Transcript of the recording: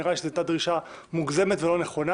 נראה לי שזאת הייתה דרישה מוגזמת ולא נכונה.